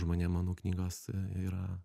žmonėm manau knygos yra